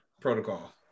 protocol